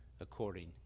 according